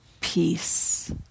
peace